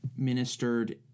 Ministered